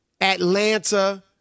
Atlanta